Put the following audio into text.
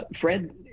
Fred